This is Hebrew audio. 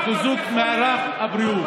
לחיזוק מערך הבריאות.